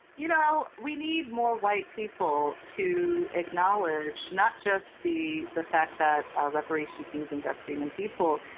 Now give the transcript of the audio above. you know, we need more white people to acknowledge not just the the fact that reparations means investing in people,